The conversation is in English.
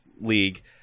league